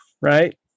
right